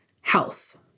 health